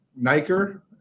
Niker